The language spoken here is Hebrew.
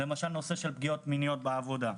למשל נושא של פגיעות מיניות בעבודה.